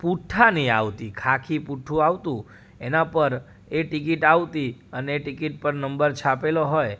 પૂંઠાની આવતી ખાખી પૂઠું આવતું એનાં પર એ ટિકિટ આવતી અને એ ટિકિટ પર નંબર છાપેલો હોય